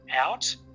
out